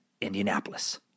Indianapolis